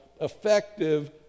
effective